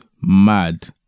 mad